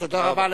תודה רבה.